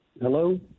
Hello